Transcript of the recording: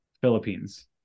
Philippines